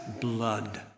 blood